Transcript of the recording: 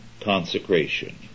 consecration